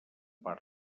part